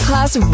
Class